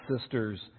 sisters